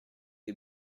des